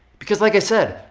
because like i said,